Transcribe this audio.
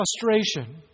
frustration